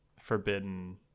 forbidden